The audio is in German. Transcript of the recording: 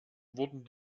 wurden